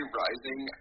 rising